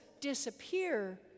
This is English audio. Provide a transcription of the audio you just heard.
disappear